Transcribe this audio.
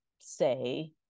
say